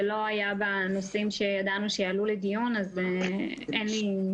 זה לא היה בנושאים שידענו שיעלו לדיון אז אין לי כרגע תשובה.